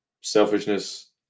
selfishness